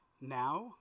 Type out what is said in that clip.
now